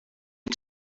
you